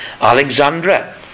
Alexandra